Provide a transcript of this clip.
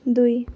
दुई